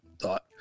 thought